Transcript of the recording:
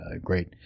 great